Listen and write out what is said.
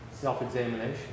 self-examination